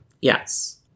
Yes